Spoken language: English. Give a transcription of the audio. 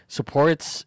Supports